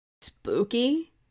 spooky